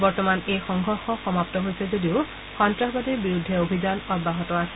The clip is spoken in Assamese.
বৰ্তমান এই সংঘৰ্ষ সমাপু হৈছে যদিও সন্ত্ৰাসবাদীৰ বিৰুদ্ধে অভিযান অব্যাহত আছে